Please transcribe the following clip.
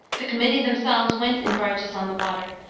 the committee themselves went in barges on the water,